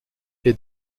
est